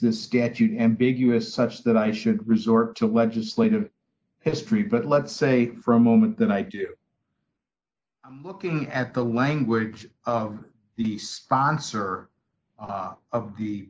the statute ambiguous such that i shouldn't resort to legislative history but let's say for a moment that i do looking at the language the sponsor of the